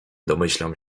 domyślam